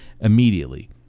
immediately